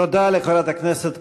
תודה לחברת הכנסת קורן.